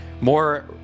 More